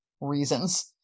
reasons